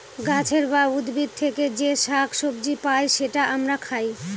গাছের বা উদ্ভিদ থেকে যে শাক সবজি পাই সেটা আমরা খাই